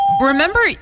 Remember